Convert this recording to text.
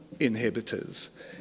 inhibitors